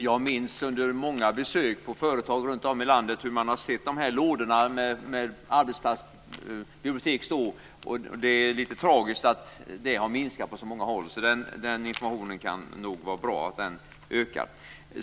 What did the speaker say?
Jag har gjort många besök på företag runt om i landet, och jag vet att verksamheten med arbetsplatsbibliotek har minskat på många håll, och det är litet tragiskt. Det kan nog vara bra att den ökar.